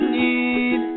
need